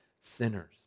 sinners